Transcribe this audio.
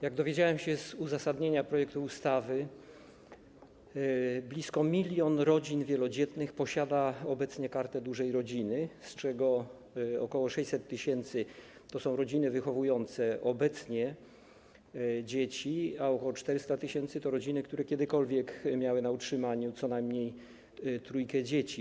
Jak dowiedziałem się z uzasadnienia projektu ustawy, blisko milion rodzin wielodzietnych posiada obecnie Kartę Dużej Rodziny, z czego ok. 600 tys. stanowią rodziny wychowujące obecnie dzieci, a ok. 400 tys. rodziny, które kiedykolwiek miały na utrzymaniu co najmniej trójkę dzieci.